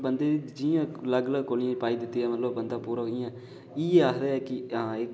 बंदे जि'यां अलग अलग कौलियें च पाई दित्ती' जा एह्दा मतलब बंदा पूरा इ'यां इ'यैआखदे के